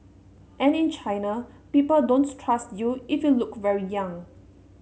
and in China people don't trust you if you look very young